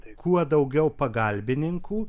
kuo daugiau pagalbininkų